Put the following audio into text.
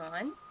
on